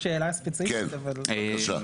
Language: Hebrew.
כן, בבקשה.